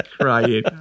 crying